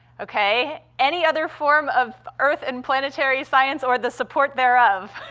okay. any other form of earth and planetary science or the support thereof?